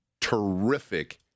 terrific